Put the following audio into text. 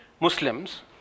Muslims